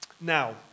Now